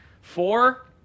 four